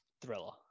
Thriller